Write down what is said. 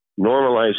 normalizing